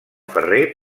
ferrer